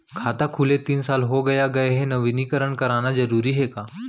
खाता खुले तीन साल हो गया गये हे नवीनीकरण कराना जरूरी हे का?